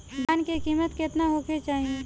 धान के किमत केतना होखे चाही?